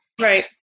Right